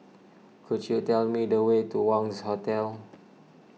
could you tell me the way to Wangz Hotel